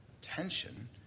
tension